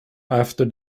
after